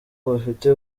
bafite